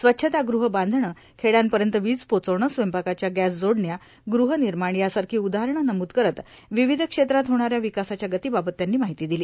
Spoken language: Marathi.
स्वच्छतागृहं बांधनं खेड्यापयत वीज पोहोचवणं स्वयंपाकाच्या गॅस जोडण्या गूर्हानमाण यासारखी उदाहरणे नमूद करत र्वावध क्षेत्रात होणाऱ्या विकासाच्या गतीबाबत त्यांनी माहिती दिली